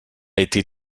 été